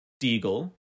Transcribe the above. deagle